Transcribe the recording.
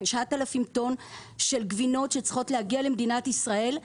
9,000 טון של גבינות שצריכות להגיע למדינת ישראל,